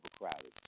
overcrowded